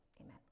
Amen